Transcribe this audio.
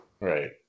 Right